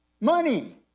money